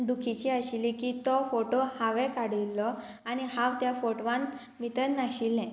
दुखीची आशिल्ली की तो फोटो हांवें काडिल्लो आनी हांव त्या फोटवान भितर नाशिल्लें